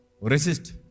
Resist